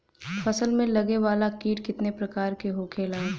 फसल में लगे वाला कीट कितने प्रकार के होखेला?